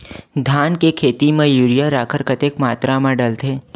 धान के खेती म यूरिया राखर कतेक मात्रा म डलथे?